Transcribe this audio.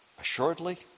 assuredly